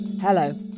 Hello